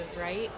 right